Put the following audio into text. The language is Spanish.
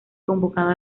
convocado